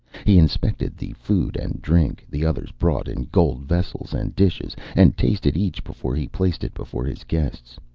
he inspected the food and drink the others brought in gold vessels and dishes, and tasted each before he placed it before his guests.